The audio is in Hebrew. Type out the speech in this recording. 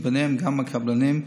וביניהם גם הקבלנים,